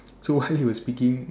so while he was speaking